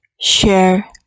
share